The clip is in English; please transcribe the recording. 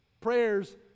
prayers